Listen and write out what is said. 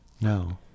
no